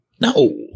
No